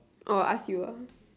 orh ask you ah